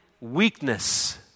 weakness